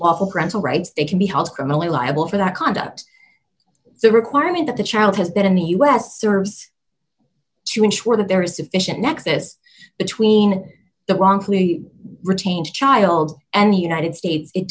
while grants rights they can be held criminally liable for that conduct the requirement that the child has been in the u s serves to ensure that there is sufficient nexus between the wrongfully retained child and the united states it